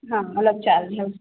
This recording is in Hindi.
हाँ अलग चार्ज है